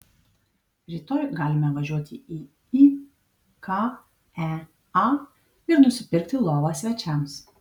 rytoj galime važiuoti į ikea ir nusipirkti lovą svečiams